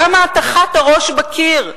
למה הטחת הראש בקיר,